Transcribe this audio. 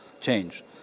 change